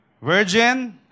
Virgin